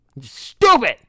Stupid